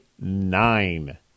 nine